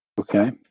okay